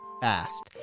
Fast